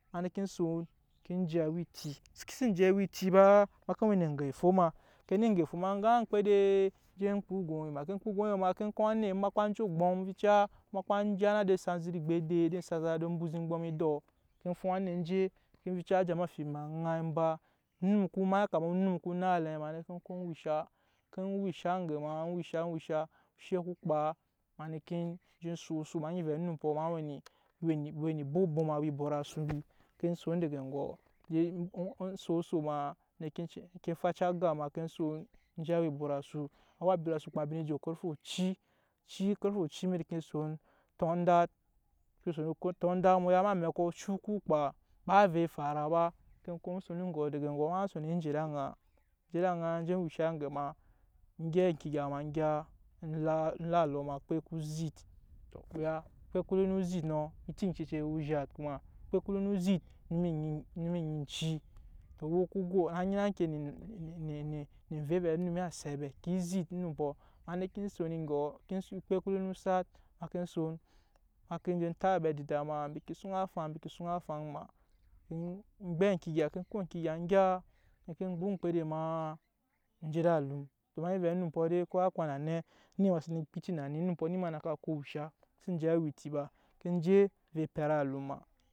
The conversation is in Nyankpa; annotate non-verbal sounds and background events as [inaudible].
Ke je awa eti, ke si je awa eti ba ma ke we na age efo ma keni eŋga fo ma ga oŋmkpede je kpa going ma je kpa going ma ke kom anet emakpa je ogbɔm vica makpa je har ede sanzara eŋmgbe edei edei sanzara buzi oŋmgbɔm edɔ ke fum anet je vica ka ja ma amfibi ma ŋai ba onum. ma yakama onum ko naŋ elɛm ma neen ko wusha aŋge ma en wusha wusha wusha oshe ko kpa ma neken je so oso ma vɛ onumpɔ ma we ni [hesitation] ebɔm obɔm awa ebut asu mbi ke son daga ogɔ je so oso ma [hesitation] ne ke faca egap ma ne son je awa ebut asu, awa ebut asu mbi ne je kavo oci oci akarfe oci mbi ne ke son tɔndat embi son otɔndat mu ya em'amɛkɔ ocuk ko kpa ba ovɛ efara ba [unintelligible] daga egɔ ma son en je ed'aŋa, je ed'aŋa je wusha aŋge ma egyɛp eŋke egya egya na ma la alo ma okpe ko zit tɔ mu ya okpe ko zit nɔ eti ecece we zhat kuma okpe ko zit onum onyi [hesitation] eci oko go á nyina ŋke [hesitation] ne emvei vɛɛ onum asabat ke zit onumpɔ ma neke son egɔ ke okpe no ko liga osat ma ke son ma ke je tap ambe adida ma mbi ke suŋ afaŋ mbi ke suŋ afaŋ maa en gbɛp eŋke egya ke ko eŋke egya gya ne ke gba oŋmkpede ma en je ed'alum don ma nyi vɛɛ onumpɔ dei ko á kpa na nɛ onet ma sene kpa eti na ni onumpɔ eni ma na ka ko wusha xsen je awa eti ba ke je ovɛ epɛt alum ma.